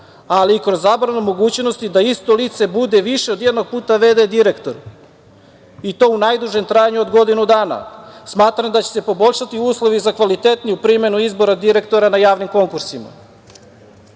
ali i kroz zabranu mogućnosti da isto lice bude više od jednog puta VD direktor i to u najdužem trajanju od godinu dana, smatram da će se poboljšati uslovi za kvalitetnu primenu izbora direktora na javnim konkursima. Takođe,